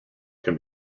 can